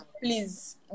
please